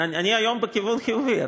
אני היום בכיוון חיובי.